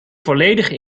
volledige